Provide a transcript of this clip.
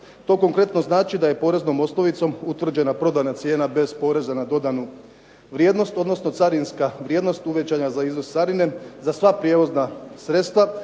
To konkretno znači da je poreznom osnovicom utvrđena prodana cijena bez poreza na dodanu vrijednost, odnosno carinska vrijednost uvećana za iznos carine za sva prijevozna sredstva